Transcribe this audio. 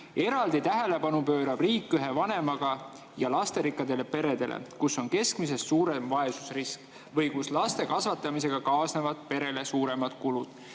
Eraldi tähelepanu pöörab riik ühe vanemaga ja lasterikastele peredele, kus on keskmisest suurem vaesusrisk või kus laste kasvatamisega kaasnevad perele suuremad kulud."